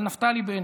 על נפתלי בנט.